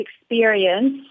experience